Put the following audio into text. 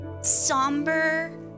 somber